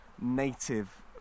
native